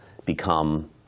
become